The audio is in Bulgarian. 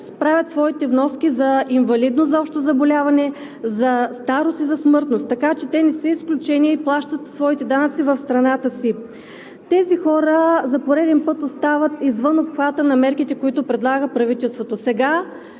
правят своите вноски за инвалидност, за общо заболяване, за старост и за смъртност, така че не са изключение и плащат своите данъци в страната си. Тези хора за пореден път остават извън обхвата на мерките, които предлага правителството. Сега